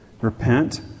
Repent